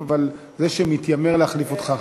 אבל זה שמתיימר להחליף אותך,